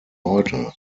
heute